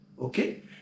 Okay